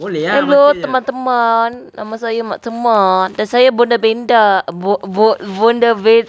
hello teman-teman nama saya mak semah dan saya bonda bedah bo~ bo~ bonda ben~